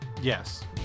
Yes